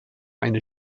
eine